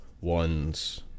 one's